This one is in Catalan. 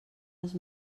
els